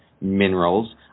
minerals